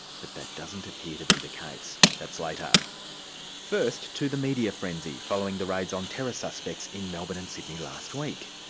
but that doesn't appear to be the case. that's later. first to media frenzy following the raids on terror suspects in melbourne and sydney last week.